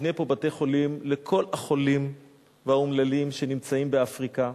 נבנה פה בתי-חולים לכל החולים והאומללים שנמצאים באפריקה.